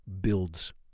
builds